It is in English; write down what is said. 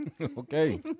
Okay